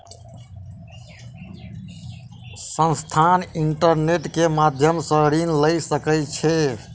संस्थान, इंटरनेट के माध्यम सॅ ऋण लय सकै छै